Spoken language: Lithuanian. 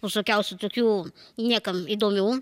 visokiausių tokių niekam įdomių